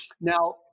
now